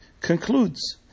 concludes